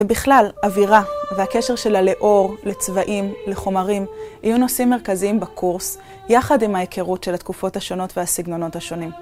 ובכלל, אווירה והקשר שלה לאור, לצבעים, לחומרים, יהיו נושאים מרכזיים בקורס, יחד עם ההיכרות של התקופות השונות והסגנונות השונים.